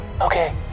Okay